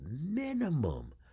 minimum